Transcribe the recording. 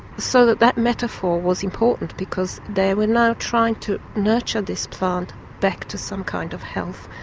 so that that metaphor was important because they were now trying to nurture this plant back to some kind of health,